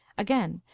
again,